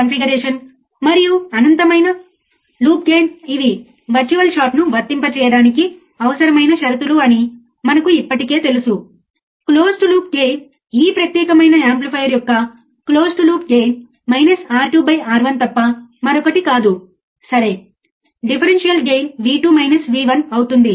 ఇప్పుడు పిన్ 6 వద్ద DC output వోల్టేజ్ను కొలవండి ఇది పిన్ 6 అని మనకు తెలుసు మీరు మల్టీమీటర్ను ఉపయోగించవచ్చు ఇప్పుడు మల్టీమీటర్ను ఎలా ఉపయోగించాలో మీకు తెలుసు మరియు ఫలితాన్ని టేబుల్లో రికార్డ్ చేయండి